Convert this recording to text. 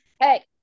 hey